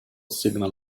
signal